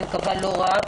אני מקווה לא רב,